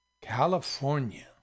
California